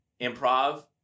improv